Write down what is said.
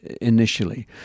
initially